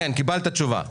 קיבלת תשובה.